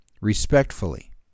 respectfully